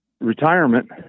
retirement